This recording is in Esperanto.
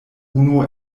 unu